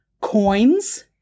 coins